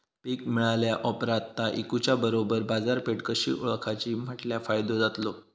पीक मिळाल्या ऑप्रात ता इकुच्या बरोबर बाजारपेठ कशी ओळखाची म्हटल्या फायदो जातलो?